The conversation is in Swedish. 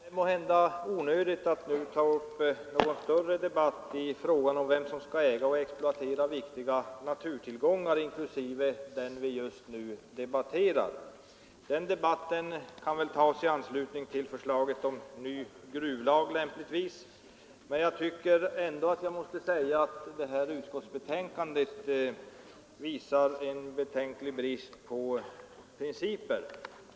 Fru talman! Det är måhända onödigt att nu ta upp en längre debatt i frågan om vem som skall äga och exploatera viktiga naturtillgångar, inklusive den vi just nu debatterar. Den debatten kan väl lämpligen tas i anslutning till förslaget om ny gruvlag. Men jag tycker ändå att jag måste säga att detta utskottsbetänkande visar en betänklig brist på principer.